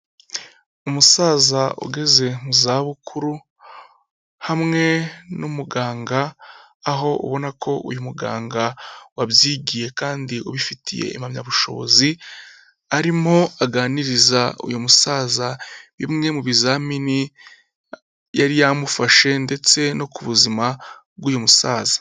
Umusaza ugeze mu za bukuru hamwe n'umuganga, aho ubona ko uyu muganga wabyigiye kandi ubifitiye impamyabushobozi, arimo aganiriza uyu musaza bimwe mu bizamini yari yamufashe ndetse no ku buzima bw'uyu musaza.